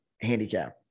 handicap